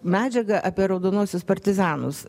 medžiagą apie raudonuosius partizanus